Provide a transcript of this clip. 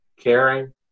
caring